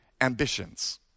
ambitions